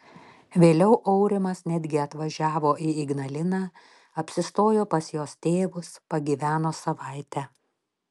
vėliau aurimas netgi atvažiavo į ignaliną apsistojo pas jos tėvus pagyveno savaitę